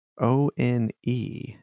O-N-E